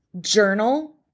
journal